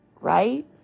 Right